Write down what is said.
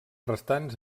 restants